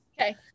Okay